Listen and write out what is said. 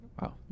Wow